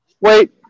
wait